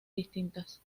distintas